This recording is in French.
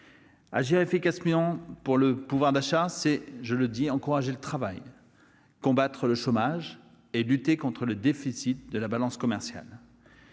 Agir efficacement pour le pouvoir d'achat, c'est, je l'ai dit, encourager le travail, combattre le chômage et lutter contre le déficit de la balance commerciale.